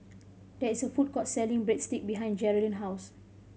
there is a food court selling Breadstick behind Jerrilyn house